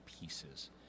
pieces